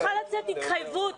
צריכה לצאת התחייבות.